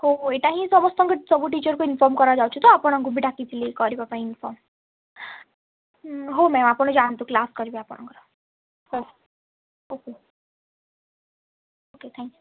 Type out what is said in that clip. ହଉ ହଉ ଏଇଟା ହିଁ ସମସ୍ତଙ୍କୁ ସବୁ ଟିଚର୍ଙ୍କୁ ଇନଫର୍ମ୍ କରାଯାଉଛି ତ ଆପଣଙ୍କୁ ବି ଡାକିଥିଲି କରିବା ପାଇଁ ଇନଫର୍ମ୍ ହୁଁ ହଉ ମ୍ୟାମ୍ ଆପଣ ଯାଆନ୍ତୁ କ୍ଲାସ୍ କରିବେ ଆପଣଙ୍କର ହଉ ଓକେ ଓକେ ଥ୍ୟାଙ୍କ୍ ୟୁ